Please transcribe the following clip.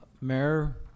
Mayor